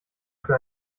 für